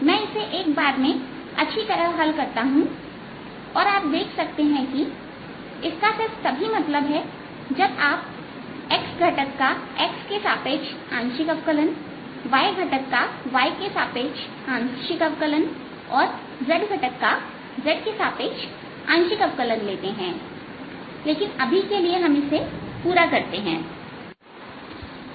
मैं इसे एक बार में अच्छी तरह से हल करता हूं और आप देख सकते हैं कि इसका सिर्फ तभी मतलब है जब आप x घटक का x के सापेक्ष आंशिक अवकलनy घटक का y के सापेक्ष आंशिक अवकलन और z घटक का z के सापेक्ष आंशिक अवकलन लेते हैंलेकिन अभी के लिए हम इसे पूरा करते हैं